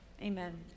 amen